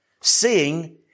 seeing